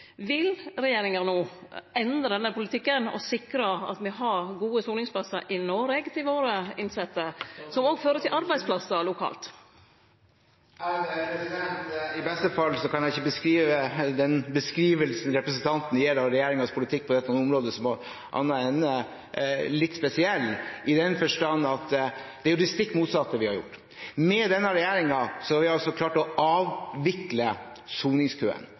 Vil regjeringa no endre denne politikken og sikre at me har gode soningsplassar i Noreg til våre innsette, noko som òg fører til arbeidsplassar lokalt? I beste fall kan ikke den beskrivelsen representanten gir av regjeringens politikk på dette området, beskrives som annet enn litt spesiell i den forstand at det er det stikk motsatte vi har gjort. Med denne regjeringen har vi klart å avvikle soningskøen.